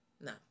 no